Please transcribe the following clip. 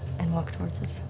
and walk towards it.